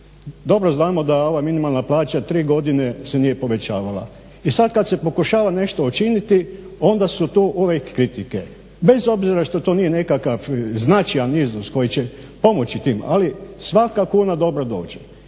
Dobro znamo da je ova minimalna plaća 3 godine se nije povećavala. I sad kad se pokušava nešto učiniti onda su tu uvijek kritike bez obzira što to nije nekakav značajan iznos koji će pomoći tim, ali svaka kuna dobro dođe.